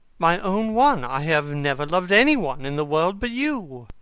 my own one, i have never loved any one in the world but you.